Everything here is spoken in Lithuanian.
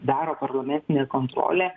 daro parlamentinė kontrolė